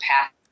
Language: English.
path